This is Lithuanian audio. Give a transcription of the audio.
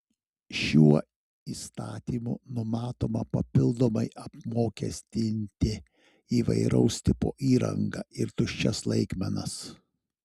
šiuo įstatymu numatoma papildomai apmokestinti įvairaus tipo įrangą ir tuščias laikmenas